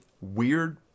weird